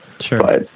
Sure